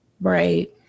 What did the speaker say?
Right